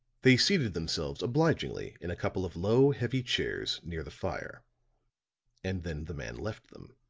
they seated themselves obligingly in a couple of low, heavy chairs near the fire and then the man left them.